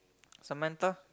Samantha